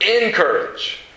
encourage